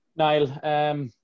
Niall